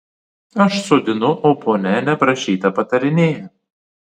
aš sodinu o ponia neprašyta patarinėja